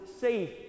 safe